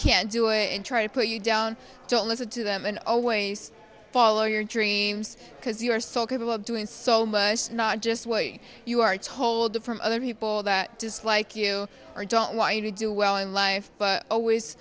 can do it and try to put you down don't listen to them and always follow your dreams because you are so capable of doing so much not just worry you are told from other people that dislike you or don't want you to do well in life but always